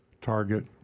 Target